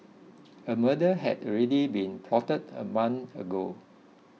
a murder had already been plotted a month ago